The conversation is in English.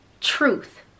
truth